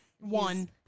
One